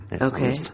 Okay